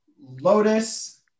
Lotus